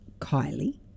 Kylie